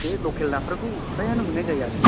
बे लकेल नाफोरखौ फ्रायानो मोन्नाय जायो आरो